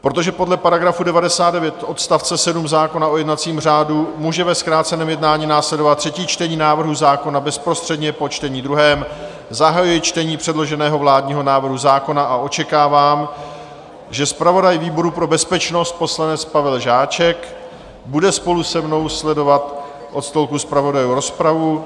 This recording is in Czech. Protože podle § 99 odst. 7 zákona o jednacím řádu může ve zkráceném jednání následovat třetí čtení návrhu zákona bezprostředně po čtení druhém, zahajuji čtení předloženého vládního návrhu zákona a očekávám, že zpravodaj výboru pro bezpečnost, pan poslanec Pavel Žáček, bude spolu se mnou sledovat od stolku zpravodajů rozpravu.